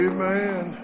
Amen